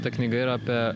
ta knyga yra apie